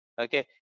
okay